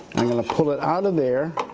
i'm gonna pull it out of there